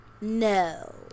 no